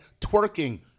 Twerking